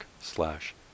slash